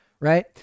Right